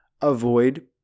avoid